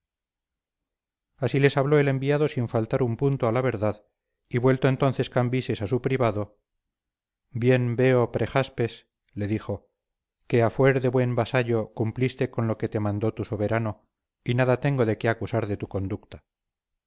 así les habló el enviado sin faltar un punto a la verdad y vuelto entonces cambises a su privado bien veo prejaspes le dijo que a fuer de buen vasallo cumpliste con lo que te mandó tu soberano y nada tengo de qué acusar de tu conducta